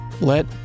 Let